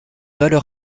valeur